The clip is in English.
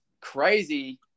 crazy